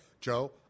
Joe